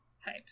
hype